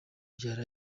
bya